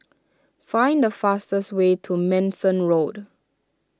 find the fastest way to Manston Road